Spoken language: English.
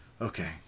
okay